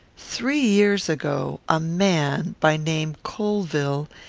three years ago, a man, by name colvill,